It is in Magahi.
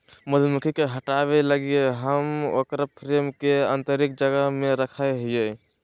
मधुमक्खी के हटाबय लगी हम उकर फ्रेम के आतंरिक जगह में रखैय हइ